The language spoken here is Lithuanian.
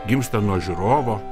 gimsta nuo žiūrovo